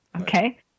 okay